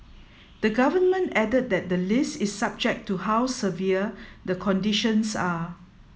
the Government added that the list is subject to how severe the conditions are